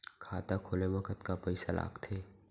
खाता खोले मा कतका पइसा लागथे?